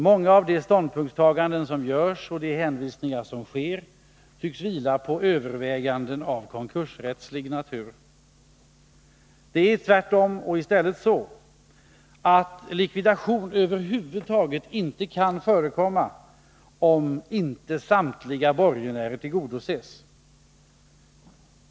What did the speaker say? Många av de ståndpunktstaganden som görs och de hänvisningar som sker tycks vila på överväganden av konkursrättslig natur. Men det är i själva verket tvärtom så att likvidation över huvud taget inte kan förekomma om inte samtliga borgenärer tillgodoses.